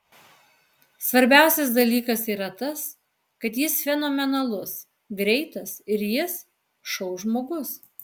svarbiausias dalykas yra tas kad jis fenomenalus greitas ir jis šou žmogus